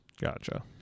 Gotcha